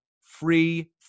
free